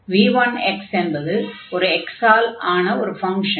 v1 என்பது ஒரு x ஆல் ஆன ஒரு ஃபங்ஷன்